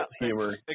humor